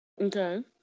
Okay